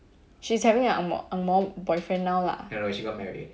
she's having an angmoh angmoh boyfriend now lah